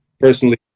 personally